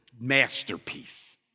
masterpiece